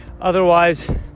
Otherwise